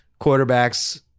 Quarterbacks